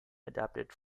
adapted